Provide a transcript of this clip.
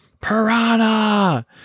Piranha